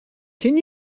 can